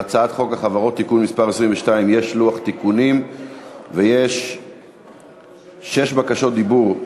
להצעת חוק החברות (תיקון מס 22) יש לוח תיקונים ויש שש בקשות דיבור,